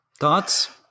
thoughts